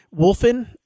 Wolfen